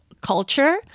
culture